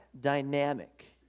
dynamic